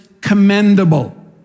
commendable